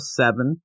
seven